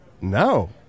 No